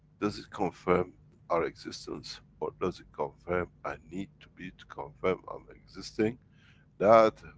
does it confirm our existence, or does it confirm, i need to be to confirm i'm existing that,